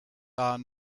are